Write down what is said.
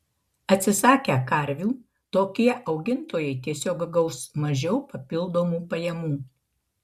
atsisakę karvių tokie augintojai tiesiog gaus mažiau papildomų pajamų